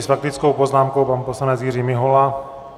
S faktickou poznámkou pan poslanec Jiří Mihola.